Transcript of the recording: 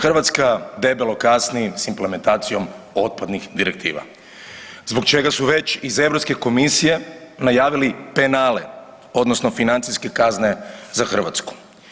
Hrvatska debelo kasni s implementacijom otpadnih direktiva, zbog čega su već iz EU komisije najavili penale, odnosno financijske kazne za Hrvatsku.